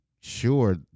sure